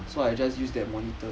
ah